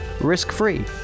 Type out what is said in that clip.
risk-free